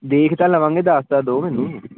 ਦੇਖ ਤਾਂ ਲਵਾਂਗੇ ਦੱਸ ਤਾਂ ਦਓ ਮੈਨੂੰ